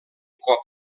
cop